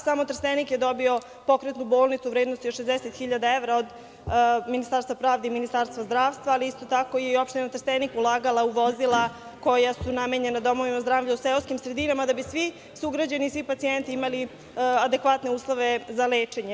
Samo Trstenik je dobio pokretnu bolnicu u vrednosti od 60.000 evra od Ministarstva pravde i Ministarstva zdravlja, ali isto tako je i Opština Trstenik ulagala u vozila koja su namenjena domovima zdravlja u seoskim sredinama, da bi svi sugrađani, svi pacijenti imali adekvatne uslove za lečenje.